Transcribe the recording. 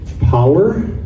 power